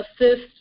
assist